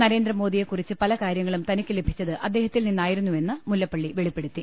നരേന്ദ്രമോദിയെ കുറിച്ച് പല കാര്യങ്ങളും തനിക്ക് ലഭിച്ചത് അദ്ദേഹത്തിൽ നിന്നായിരുന്നുവെന്ന് മുല്ലപ്പള്ളി വെളിപ്പെടുത്തി